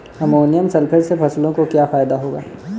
Ammonium sulphate से फसलों को क्या फायदा होगा?